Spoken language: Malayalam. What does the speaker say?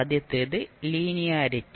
ആദ്യത്തേത് ലീനിയാരിറ്റി